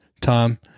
Tom